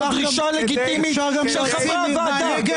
זו דרישה לגיטימית של חברי הוועדה.